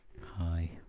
Hi